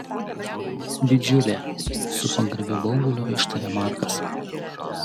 didžiulė su pagarbiu bauguliu ištarė markas